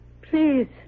Please